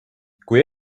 kui